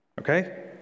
Okay